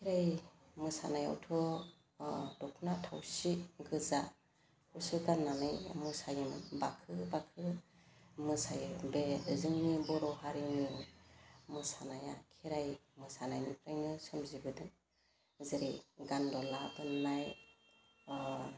खेराइ मोसानायावथ'अह दख'ना थावसि गोजा खौसो गाननानै मोसायोमोन बाखो बाखो मोसायो बे जोंनि बर' हारिनि मोसानाया खेराइ मोसानायनिफ्रायनो सोमजिबोदों जेरै गानद'ला बोननाय अह